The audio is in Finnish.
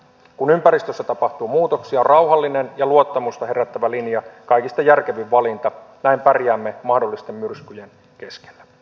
kun ympäristössä tapahtuu muutoksia rauhallinen ja luottamusta herättävä linja on kaikista järkevin valinta näin pärjäämme mahdollisten myrskyjen keskellä